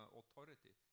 authority